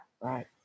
Right